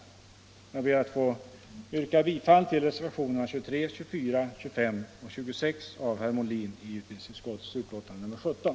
Jag ber att få yrka bifall till reservationerna 23, 24, 25 och 26 av herr Molin i utbildningsutskottets betänkande nr 17.